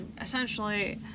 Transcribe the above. Essentially